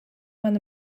man